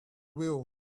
will